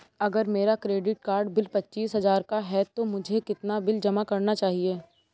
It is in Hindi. अगर मेरा क्रेडिट कार्ड बिल पच्चीस हजार का है तो मुझे कितना बिल जमा करना चाहिए?